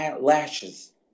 lashes